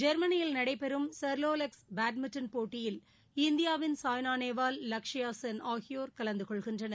ஜெர்மனியில் நடைபெறும் Saarlorlux badminton போட்டியில் இந்தியாவின் சாய்னா நேவால் லச்ஷயா சென் ஆகியோர் கலந்துகொள்கின்றனர்